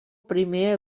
primer